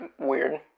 weird